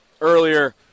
earlier